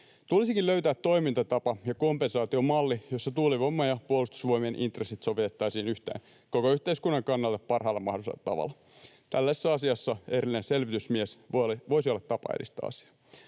Tulisikin löytää toimintatapa ja kompensaatiomalli, jossa tuulivoima ja Puolustusvoimien intressit sovitettaisiin yhteen koko yhteiskunnan kannalta parhaalla mahdollisella tavalla. Tällaisessa asiassa erillinen selvitysmies voisi olla tapa edistää asiaa.